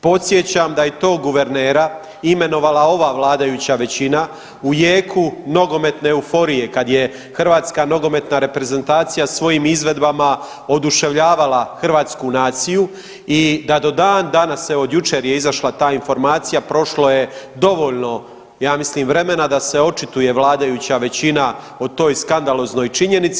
Podsjećam da je tog guvernera imenovala ova vladajuća većina u jeku nogometne euforije kad je hrvatska nogometna reprezentacija svojim izvedbama oduševljavala hrvatsku naciju i da do dan danas, evo jučer je izašla ta informacija prošlo je dovoljno ja mislim vremena da se očituje vladajuća većina o toj skandaloznoj činjenici.